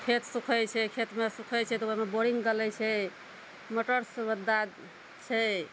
खेत सूखै छै खेतमे सूखै छै तऽ ओहिमे बोरिंग गरै छै मोटर सुविधा छै